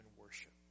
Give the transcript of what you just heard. worship